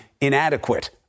inadequate